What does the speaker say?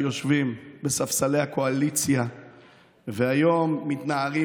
שיושבים בספסלי הקואליציה והיום מתנערים